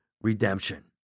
redemption